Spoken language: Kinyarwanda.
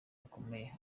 bukomeye